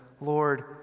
Lord